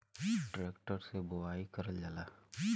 tractor से बोवाई करल जाला